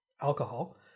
alcohol